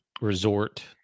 resort